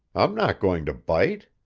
i'm not going to bite.